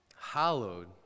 hallowed